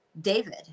David